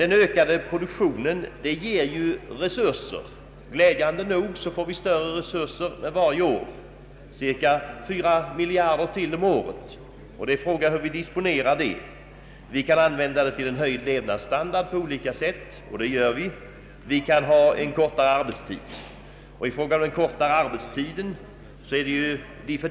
Den ökade produktionen ger resurser, och glädjande nog får vi större resurser för varje år — cirka 4 miljarder kronor till per år. Frågan är hur vi skall disponera dessa pengar. Vi kan använda dem till höjd levnadsstandard på olika sätt, vi kan ha kortare arbetstid.